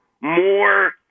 more